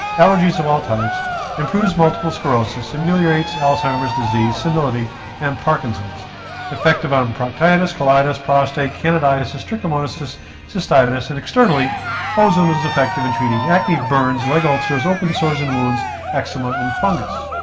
allergies of all types improves multiple sclerosis, ameliorates alzheimer's disease and parkinson's effective on proctitis, colitis, prostate, candidiasis, trichomoniasis cystitis and externally ozone is effective in treating acne burns, leg ulcers, open sores and wounds eczema and fungus,